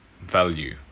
value